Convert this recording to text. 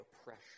oppression